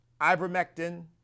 ivermectin